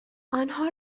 آنها